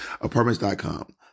Apartments.com